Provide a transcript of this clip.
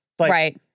Right